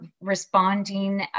responding